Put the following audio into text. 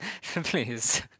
Please